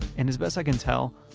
and as best i can tell,